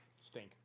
Stink